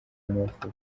y’amavuko